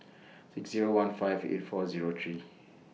six Zero one five eight four Zero three